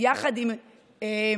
יחד עם מפלגה